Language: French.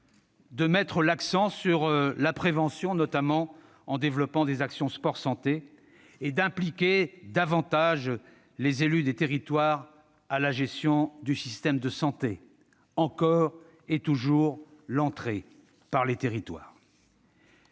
de mettre l'accent sur la prévention, notamment en développant les actions sport-santé, et d'impliquer davantage les élus des territoires dans la gestion du système de santé- encore et toujours l'entrée par les territoires